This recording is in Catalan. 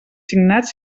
signats